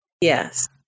Yes